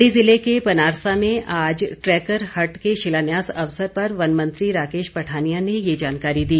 मण्डी ज़िले के पनारसा में आज ट्रैकर हट के शिलान्यास अवसर पर वन मंत्री राकेश पठानिया ने ये जानकारी दी